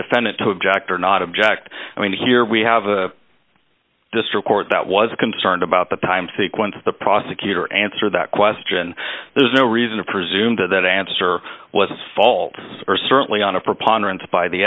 defendant to object or not object i mean here we have a district court that was concerned about the time sequence of the prosecutor answer that question there's no reason to presume that answer wasn't fault or certainly on a preponderance by the